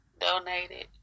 donated